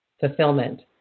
fulfillment